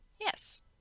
Yes